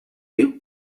you